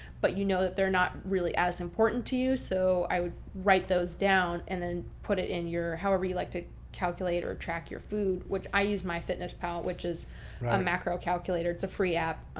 but you know that they're not really as important to you. so i would write those down and then put it in your however you like to calculate or track your food. which i use myfitnesspal, which is a macro calculator. it's a free app.